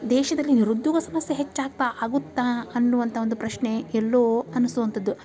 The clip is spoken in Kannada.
ದೇಶದಲ್ಲಿ ನಿರುದ್ಯೋಗ ಸಮಸ್ಯೆ ಹೆಚ್ಚಾಗ್ತಾ ಆಗುತ್ತಾ ಅನ್ನುವಂಥ ಒಂದು ಪ್ರಶ್ನೆ ಎಲ್ಲೋ ಅನಿಸುವಂಥದ್ದು